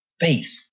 faith